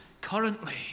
currently